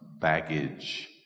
baggage